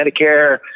Medicare